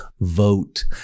vote